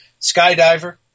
skydiver